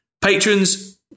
Patrons